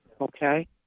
okay